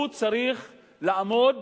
הוא צריך לעמוד